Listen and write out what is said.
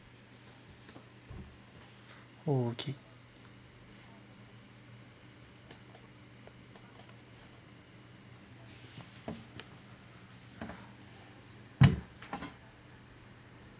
okay